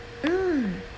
mm